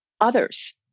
others